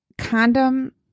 condom